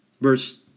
Verse